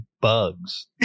bugs